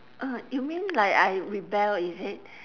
uh you mean like I rebel is it